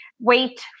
wait